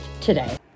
today